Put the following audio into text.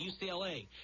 UCLA